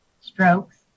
strokes